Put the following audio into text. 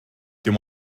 dim